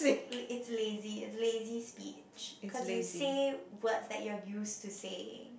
la~ it's lazy it's lazy speech cause you say words that you're used to saying